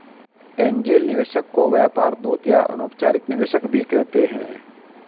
angel निवेशक को व्यापार दूत या अनौपचारिक निवेशक भी कहते हैं